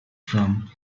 from